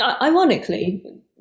Ironically